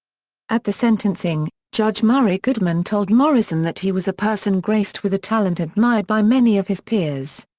at the sentencing, judge murray goodman told morrison that he was a person graced with a talent admired by many of his peers.